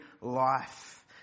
life